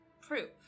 proof